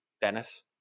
Dennis